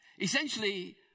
Essentially